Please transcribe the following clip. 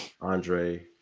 Andre